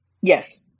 Yes